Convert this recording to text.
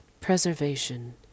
preservation